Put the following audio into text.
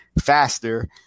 faster